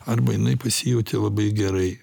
arba jinai pasijautė labai gerai